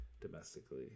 domestically